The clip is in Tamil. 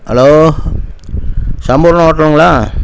ஹலோ சம்பூர்ணம் ஹோட்டலுங்ளா